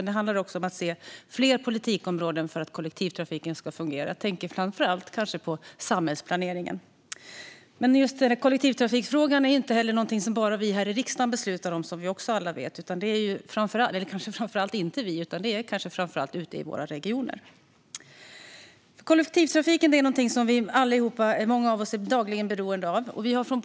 Det handlar också om att se fler politikområden för att kollektivtrafiken ska fungera. Jag tänker framför allt på samhällsplaneringen. Det är dock inte i första hand riksdagen utan regionerna som beslutar om kollektivtrafiken. Många av oss är dagligen beroende av kollektivtrafiken.